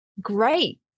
great